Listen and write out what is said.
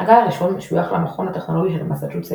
הגל הראשון משויך למכון הטכנולוגי של מסצ'וסטס